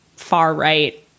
far-right